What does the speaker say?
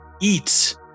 eat